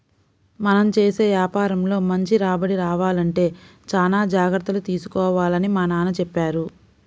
మనం చేసే యాపారంలో మంచి రాబడి రావాలంటే చానా జాగర్తలు తీసుకోవాలని మా నాన్న చెప్పారు